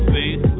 See